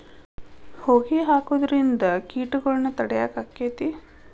ಹೊಗಿ ಹಾಕುದ್ರಿಂದ ಕೇಟಗೊಳ್ನ ತಡಿಯಾಕ ಆಕ್ಕೆತಿ?